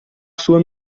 sua